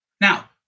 Now